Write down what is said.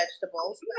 vegetables